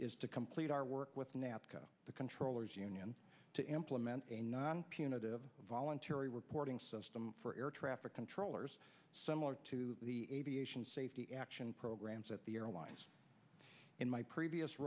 is to complete our work with napco the controllers union to implement a non punitive voluntary reporting system for air traffic controllers similar to the aviation safety action programs at the airlines in my previous